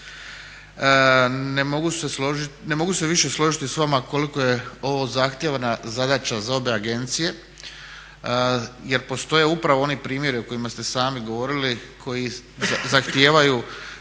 Ne mogu se više složiti s vama koliko je ovo zahtjevna zadaća za obe agencije jer postoje upravo oni primjeri o kojima ste sami govorili koji zahtijevaju